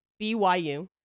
BYU